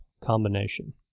combination